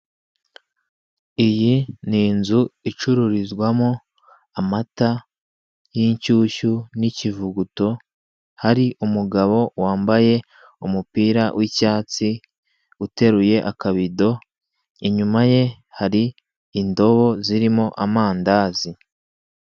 Iyi ni inzu icururizwamo amata y'inshyushyu n'ikivuguto, hari umugabo wambaye umupira w'icyatsi uteruye akabido, inyuma ye hari indobo zirimo amandazi.